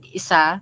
isa